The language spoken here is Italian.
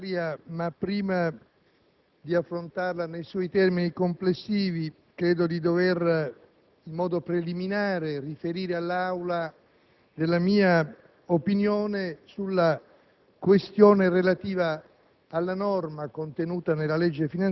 Signor Presidente, interverrò in generale sulla legge finanziaria, ma prima di affrontarla nei suoi termini complessivi, credo di dover, in modo preliminare, riferire all'Aula